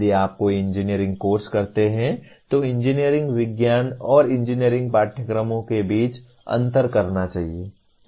यदि आप कोई इंजीनियरिंग कोर्स करते हैं तो इंजीनियरिंग विज्ञान और इंजीनियरिंग पाठ्यक्रमों के बीच अंतर करना चाहिए